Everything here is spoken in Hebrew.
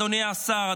אדוני השר,